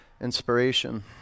inspiration